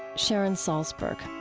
sharon salzberg